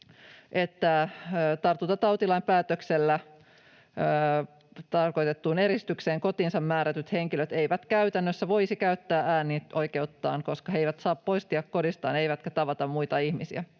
tartuntatautilain mukaisessa päätöksessä tarkoitettuun eristykseen kotiinsa määrätyt henkilöt eivät käytännössä voisi käyttää äänioikeuttaan, koska he eivät saa poistua kodistaan eivätkä tavata muita ihmisiä.